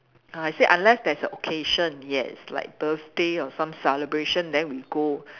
I said unless there's a occasion yes like birthday or some celebration then we go